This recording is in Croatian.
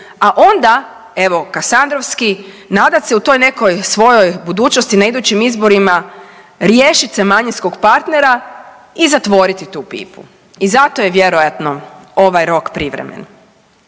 a onda evo kasandrovski, nadat se u toj nekoj svojoj budućnosti na idućim izborima, riješit se manjinskog partnera i zatvoriti tu pipu. I zato je vjerojatno ovaj rok privremen